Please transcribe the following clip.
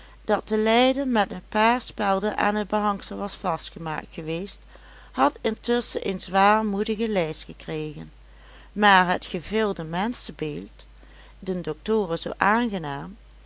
dat te leiden met een paar spelden aan t behangsel was vastgemaakt geweest had intusschen een zwaarmoedige lijst gekregen maar het gevilde menschebeeld den doctoren zoo aangenaam